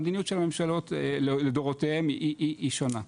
המדיניות של הממשלות לדורותיהן היא שונה,